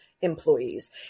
employees